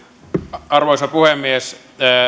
arvoisa puhemies